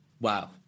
wow